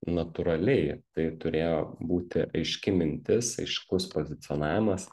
natūraliai tai turėjo būti aiški mintis aiškus pozicionavimas